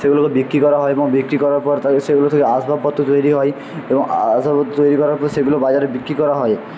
সেগুলোকে বিক্রি করা হয় এবং বিক্রি করার পর সেগুলো থেকে আসবাবপত্র তৈরি হয় এবং আসবাবপত্র তৈরি করার পরে সেগুলো বাজারে বিক্রি করা হয়